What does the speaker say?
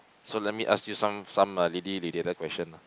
so let me ask you some some lady related question ah